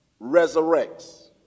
resurrects